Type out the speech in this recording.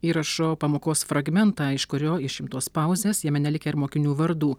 įrašo pamokos fragmentą iš kurio išimtos pauzės jame nelikę ir mokinių vardų